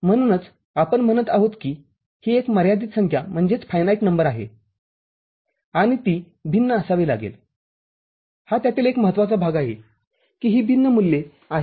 म्हणूनच आपण म्हणत आहोत की ही एक मर्यादित संख्या आहे आणि ती भिन्न असावी लागेल हा त्यातील एक महत्त्वाचा भाग आहे की ही भिन्न मूल्ये आहेत